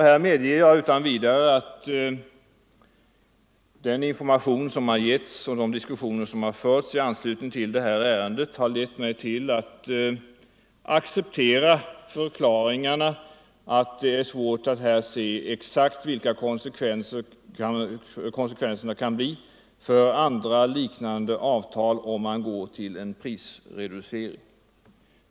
Jag medger utan vidare att den information som har getts och den diskussion som har förts i anslutning till detta ärende har lett mig till att acceptera förklaringarna att det är svårt att se exakt vilka konsekvenserna kan bli för andra liknande avtal om man går till en prisreducering.